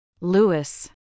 Lewis